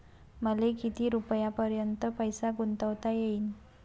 मले किती रुपयापर्यंत पैसा गुंतवता येईन?